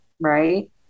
Right